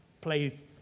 plays